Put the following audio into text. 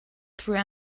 through